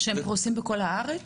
שהם פרוסים בכל הארץ?